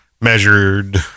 measured